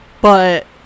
but-